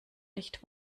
nicht